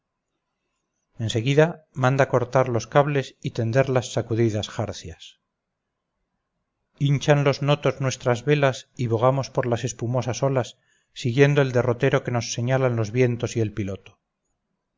seguida manda cortar los cables y tender las sacudidas jarcias hinchan los notos nuestras velas y bogamos por las espumosas olas siguiendo el derrotero que nos señalan los vientos y el piloto